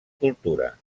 cultura